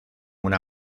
una